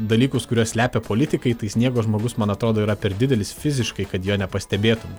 dalykus kuriuos slepia politikai tai sniego žmogus man atrodo yra per didelis fiziškai kad jo nepastebėtum